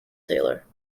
taylor